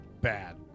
bad